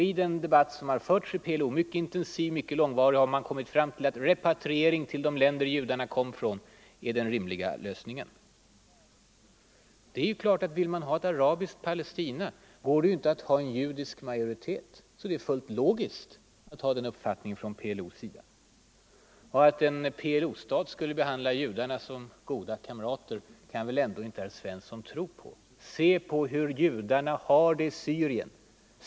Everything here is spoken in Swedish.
I den debatt som förts inom PLO — den har varit mycket intensiv och långvarig — har man kommit fram till att repatriering till de länder judarna kom från är den rimliga lösningen. Och det är klart att vill man ha ett arabiskt Palestina så går det inte att ha en judisk majoritet. Det är därför fullt logiskt av PLO att ha den här uppfattningen. Att en PLO-stat skulle behandla judarna som goda kamrater kan väl ändå inte herr Svensson tro. Se på hur judarna har det i Syrien!